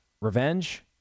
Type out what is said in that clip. Revenge